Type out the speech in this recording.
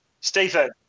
Stephen